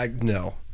no